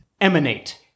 emanate